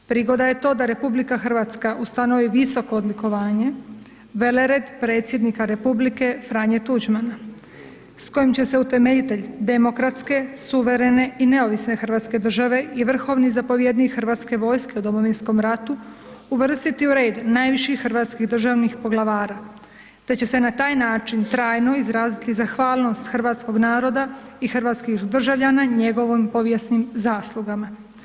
Prigoda je to da RH ustanovi visoko odlikovanja velered Predsjednika Republike Franje Tuđmana s kojim će se utemeljitelj demokratske, suverene i neovisne hrvatske države i vrhovni zapovjednih hrvatske vojske u Domovinskom ratu, uvrstiti u red najviših hrvatskih državnih poglavara te će se na taj način trajno izraziti zahvalnost hrvatskog naroda i hrvatskih državljana njegovim povijesnim zaslugama.